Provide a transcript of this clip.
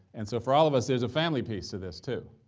and so for all of us there's a family piece to this too.